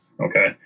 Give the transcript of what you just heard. Okay